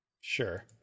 Sure